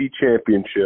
championship